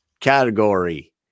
category